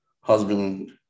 husband